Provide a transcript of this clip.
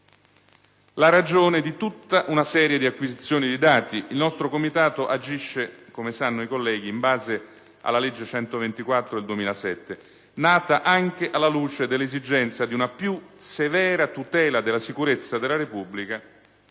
la ragione di tutta una serie di acquisizioni di dati. Il nostro Comitato agisce - come sanno i colleghi - in base alla legge n. 124 del 2007, nata alla luce dell'esigenza di una più severa tutela della sicurezza della Repubblica